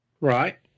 right